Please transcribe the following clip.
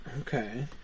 Okay